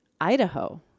idaho